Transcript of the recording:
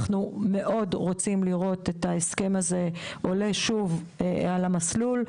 אנחנו מאוד רוצים לראות את ההסכם הזה עולה שוב על המסלול,